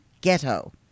ghetto